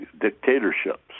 dictatorships